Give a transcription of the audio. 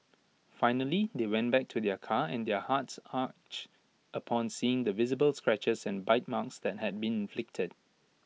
finally they went back to their car and their hearts upon seeing the visible scratches and bite marks that had been inflicted